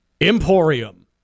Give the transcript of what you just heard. Emporium